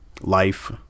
Life